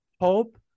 hope